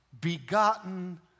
begotten